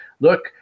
look –